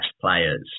players